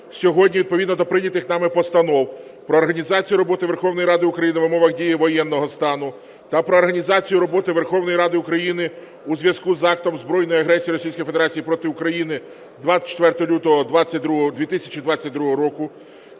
сьогодні відповідно до прийнятих нами постанов: про організацію роботи Верховної Ради України в умовах дії воєнного стану та "Про організацію роботи Верховної Ради України у зв'язку з актом збройної агресії Російської Федерації проти України 24 лютого 2022 року"